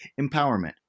empowerment